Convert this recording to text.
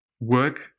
work